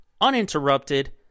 uninterrupted